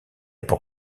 pour